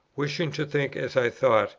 wishing to think as i thought,